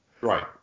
Right